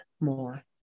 more